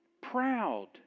proud